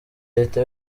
leta